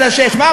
2.6. 6. תודה.